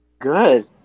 Good